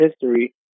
history